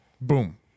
Boom